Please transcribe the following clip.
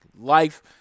Life